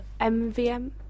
MVM